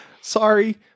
Sorry